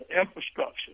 Infrastructure